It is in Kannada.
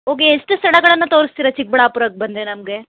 ಓಕೆ ಎಷ್ಟು ಸ್ಥಳಗಳನ್ನು ತೋರಿಸ್ತೀರ ಚಿಕ್ಕಬಳ್ಳಾಪುರಕ್ಕೆ ಬಂದರೆ ನಮಗೆ